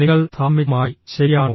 നിങ്ങൾ ധാർമ്മികമായി ശരിയാണോ